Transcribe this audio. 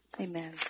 amen